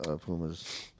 Pumas